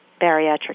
bariatric